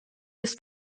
ist